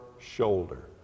shoulder